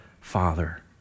Father